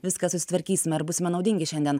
viską susitvarkysime ir būsime naudingi šiandien